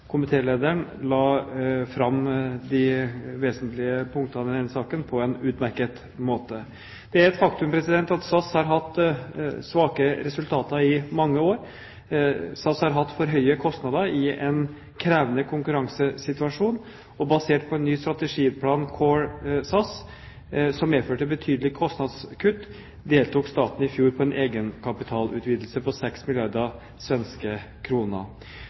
la fram de vesentlige punktene i denne saken på en utmerket måte. Det er et faktum at SAS har hatt svake resultater i mange år. SAS har hatt for høye kostnader i en krevende konkurransesituasjon. Basert på en ny strategiplan, Core SAS, som medførte betydelige kostnadskutt, deltok staten i fjor i en egenkapitalutvidelse på 6 milliarder svenske